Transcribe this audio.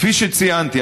כפי שציינתי,